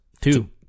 two